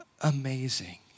amazing